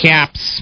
Caps